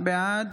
בעד